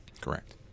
correct